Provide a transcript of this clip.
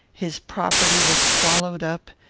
his property was swallowed up,